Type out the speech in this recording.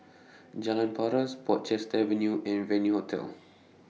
Jalan Paras Portchester Avenue and Venue Hotel